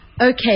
Okay